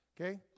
Okay